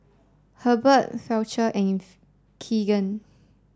Hurbert Fletcher and Keegan